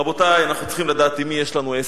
רבותי, אנחנו צריכים לדעת עם מי יש לנו עסק.